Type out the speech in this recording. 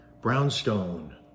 Brownstone